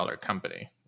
company